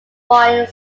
bryan